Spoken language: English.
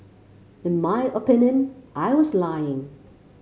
in my opinion I was lying